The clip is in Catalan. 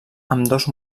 ambdós